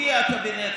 הצביע הקבינט,